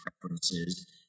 preferences